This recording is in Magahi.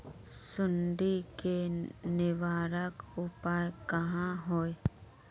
सुंडी के निवारक उपाय का होए?